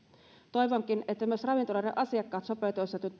toivonkin että myös ravintoloiden asiakkaat sopeutuisivat nyt